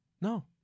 No